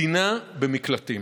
מדינה במקלטים.